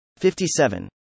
57